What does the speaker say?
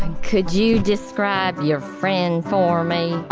could you describe your friend for me?